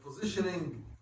positioning